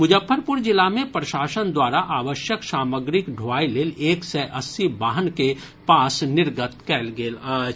मुजफ्फरपुर जिला मे प्रशासन द्वारा आवश्यक सामग्रीक ढोआई लेल एक सय अस्सी वाहन के पास निर्गत कयल गेल अछि